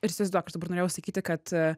ir įsivaizduok aš dabar norėjau sakyti kad